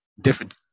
different